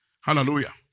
Hallelujah